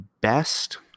best